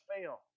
fail